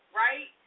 right